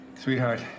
Sweetheart